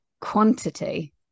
quantity